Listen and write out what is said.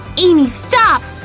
amy, stop!